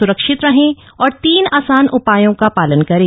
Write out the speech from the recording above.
सुरक्षित रहें और तीन आसान उपायों का पालन करें